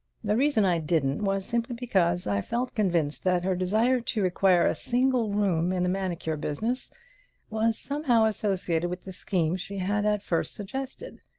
the reason i didn't was simply because i felt convinced that her desire to require a single room in the manicure business was somehow associated with the scheme she had at first suggested.